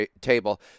table